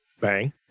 Bang